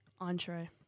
Entree